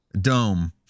dome